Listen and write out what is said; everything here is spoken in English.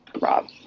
Rob